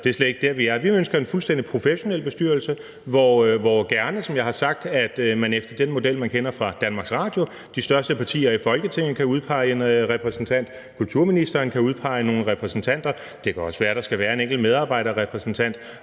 det er slet ikke der, vi er. Vi ønsker en fuldstændig professionel bestyrelse, gerne hvor – som jeg har sagt, efter den model, man kender fra Danmarks Radio – de største partier i Folketinget kan udpege en repræsentant og kulturministeren kan udpege nogle repræsentanter, og det kan også være, at der skal være en enkelt medarbejderrepræsentant.